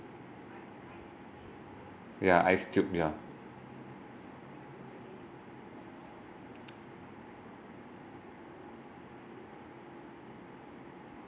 yeah ice cube yeah